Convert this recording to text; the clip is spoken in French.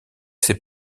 ses